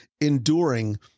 enduring